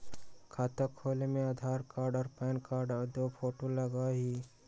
खाता खोले में आधार कार्ड और पेन कार्ड और दो फोटो लगहई?